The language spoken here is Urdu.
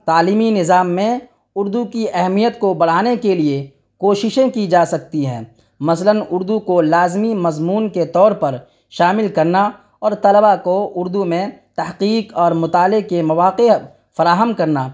تعلیمی نظام میں اردو کی اہمیت کو بڑھانے کے لیے کوششیں کی جا سکتی ہیں مثلاً اردو کو لازمی مضمون کے طور پر شامل کرنا اور طلبہ کو اردو میں تحقیق اور مطالعے کے مواقع فراہم کرنا